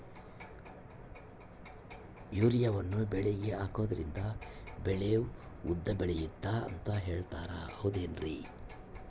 ಯೂರಿಯಾವನ್ನು ಬೆಳೆಗೆ ಹಾಕೋದ್ರಿಂದ ಬೆಳೆ ಉದ್ದ ಬೆಳೆಯುತ್ತೆ ಅಂತ ಹೇಳ್ತಾರ ಹೌದೇನ್ರಿ?